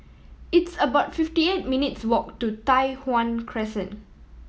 it's about fifty eight minutes' walk to Tai Hwan Crescent